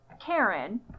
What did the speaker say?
Karen